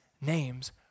names